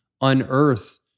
unearth